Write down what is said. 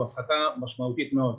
שזו הפחתה משמעותית מאוד.